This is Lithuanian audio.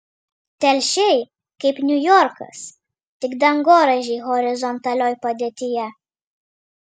telšiai kaip niujorkas tik dangoraižiai horizontalioj padėtyje